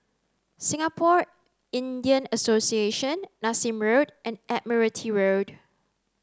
Singapore Indian Association Nassim Road and Admiralty Road